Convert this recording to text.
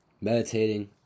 Meditating